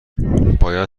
باید